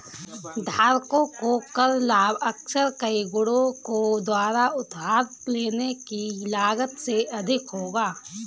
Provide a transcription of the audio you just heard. धारकों को कर लाभ अक्सर कई गुणकों द्वारा उधार लेने की लागत से अधिक होगा